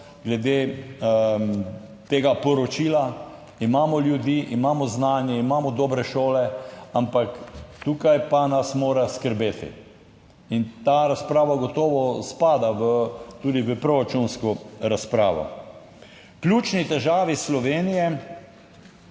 tega poročila. Imamo ljudi, imamo znanje, imamo dobre šole, ampak tukaj pa nas mora skrbeti, in ta razprava gotovo spada tudi v proračunsko razpravo. Ključni težavi Slovenije,